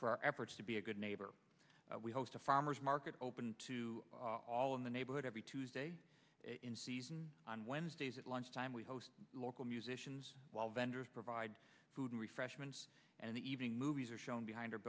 for our efforts to be a good neighbor we host a farmer's market open to all in the neighborhood every tuesday in season on wednesdays at lunchtime we host local musicians while vendors provide food and refreshments and the evening movies are shown behind